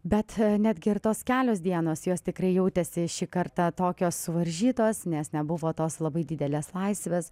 bet netgi ir tos kelios dienos jos tikrai jautėsi šį kartą tokios suvaržytos nes nebuvo tos labai didelės laisvės